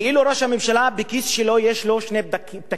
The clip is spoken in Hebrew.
כאילו ראש הממשלה, בכיס שלו יש לנו שני פתקים: